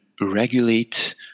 regulate